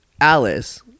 Alice